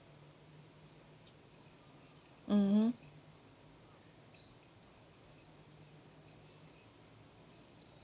mmhmm